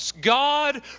God